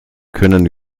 können